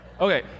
Okay